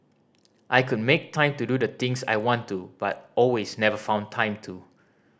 I could make time to do the things I want to but always never found time to